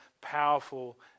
powerful